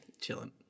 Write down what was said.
Chilling